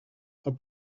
are